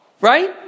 right